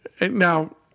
Now